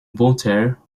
voltaire